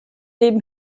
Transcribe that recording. leben